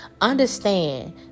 Understand